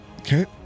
Okay